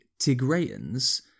Tigrayans